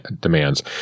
demands